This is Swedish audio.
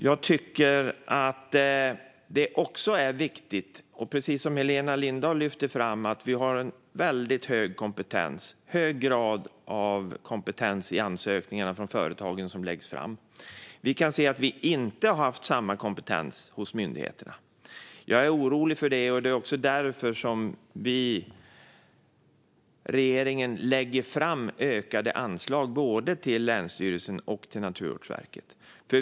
Jag tycker att det också är viktigt, precis som Helena Lindahl lyfter fram, att vi har en väldigt hög grad av kompetens i ansökningarna som läggs fram från företagen. Vi kan se att vi inte har haft samma kompetens hos myndigheterna. Jag är orolig över det, och det också därför som regeringen lägger fram ökade anslag både till länsstyrelserna och till Naturvårdsverket.